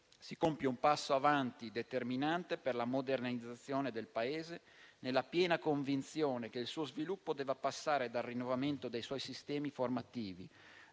si compie un passo avanti determinante per la modernizzazione del Paese, nella piena convinzione che il suo sviluppo debba passare dal rinnovamento dei suoi sistemi formativi,